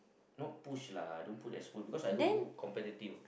not push lah I don't put as full because I don't go competitive